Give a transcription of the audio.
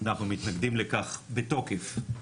אנחנו מתנגדים לכך בתוקף.